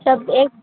तब एक